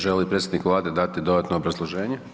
Želi li predstavnik Vlade dati dodatno obrazloženje?